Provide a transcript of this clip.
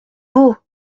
beau